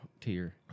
tier